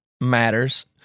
matters